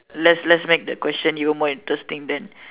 let's let's make the question even more interesting then